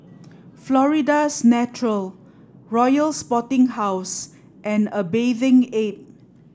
Florida's Natural Royal Sporting House and a Bathing Ape